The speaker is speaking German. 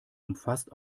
umfasst